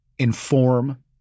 inform